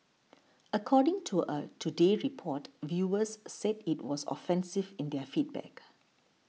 according to a Today Report viewers said it was offensive in their feedback